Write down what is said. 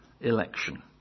election